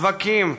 שווקים,